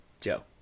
Joe